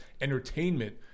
entertainment